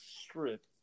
strip